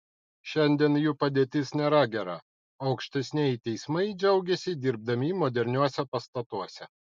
šiandien jų padėtis nėra gera o aukštesnieji teismai džiaugiasi dirbdami moderniuose pastatuose